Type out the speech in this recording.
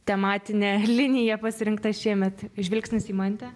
tematinė linija pasirinkta šiemet žvilgsnis į mantę